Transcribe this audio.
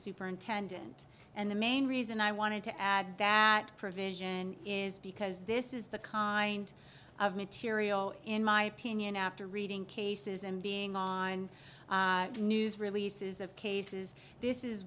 superintendent and the main reason i wanted to add that provision is because this is the kind of material in my opinion after reading cases and being law and news releases of cases this is